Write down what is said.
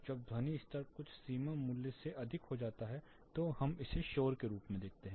जब ध्वनि स्तर कुछ सीमा मूल्य से अधिक हो जाता है तो हम इसे शोर के रूप में देखते हैं